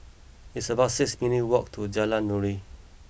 it's about six minutes' walk to Jalan Nuri